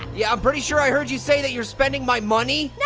yeah pretty sure i heard you say that you're spending my money? no,